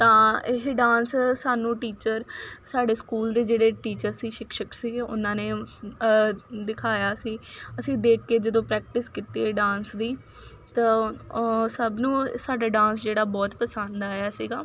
ਤਾਂ ਇਹ ਡਾਂਸ ਸਾਨੂੰ ਟੀਚਰ ਸਾਡੇ ਸਕੂਲ ਦੇ ਜਿਹੜੇ ਟੀਚਰ ਸੀ ਸ਼ਿਕਸ਼ਕ ਸੀਗੇ ਉਹਨਾਂ ਨੇ ਦਿਖਾਇਆ ਸੀ ਅਸੀਂ ਦੇਖ ਕੇ ਜਦੋਂ ਪ੍ਰੈਕਟਿਸ ਕੀਤੀ ਡਾਂਸ ਦੀ ਤਾਂ ਸਭ ਨੂੰ ਸਾਡਾ ਡਾਂਸ ਜਿਹੜਾ ਬਹੁਤ ਪਸੰਦ ਆਇਆ ਸੀਗਾ